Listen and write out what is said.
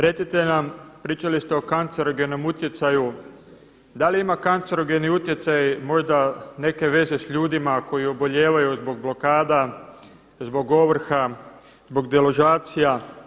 Recite nam, pričali ste o kancerogenom utjecaju, da li ima kancerogeni utjecaj možda neke veze sa ljudima koji obolijevaju zbog blokada, zbog ovrha, zbog deložacija?